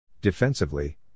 Defensively